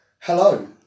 Hello